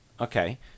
Okay